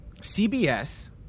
CBS